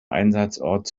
einsatzort